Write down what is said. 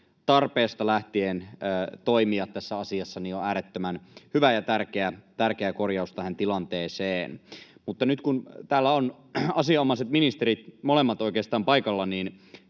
tarpeesta lähtien toimia tässä asiassa, on äärettömän hyvä ja tärkeä korjaus tähän tilanteeseen. Mutta nyt kun täällä ovat asianomaiset ministerit, molemmat oikeastaan, paikalla, niin